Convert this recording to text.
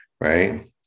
right